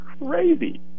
crazy